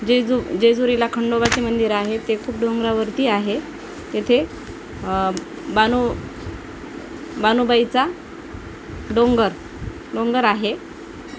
जेजू जेजुरीला खंडोबाचे मंदिर आहे ते खूप डोंगरावरती आहे तिथे बनु बानुबाईचा डोंगर डोंगर आहे